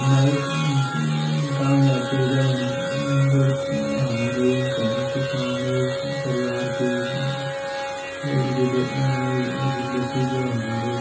हमारे काम में आती है जब हम लोग न हमारे घर के काम में परिवार के रिले रिलेटिव जो है हमारे